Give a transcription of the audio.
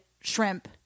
shrimp